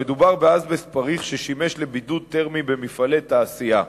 אזבסט פריך שימש לבידוד תרמי במפעלי תעשייה,